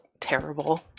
terrible